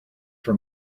for